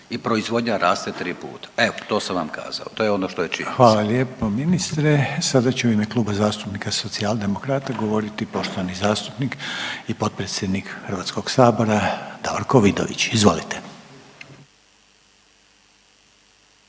i proizvodnja raste 3 puta, evo to sam vam kazao, to je ono što je činjenica. **Reiner, Željko (HDZ)** Hvala lijepo ministre. Sada će u ime Kluba zastupnika Socijaldemokrata govoriti poštovani zastupnik i potpredsjednik HS Davorko Vidović, izvolite.